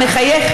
אתה מחייך?